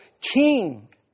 King